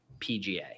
PGA